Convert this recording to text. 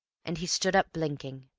and he stood up, blinking.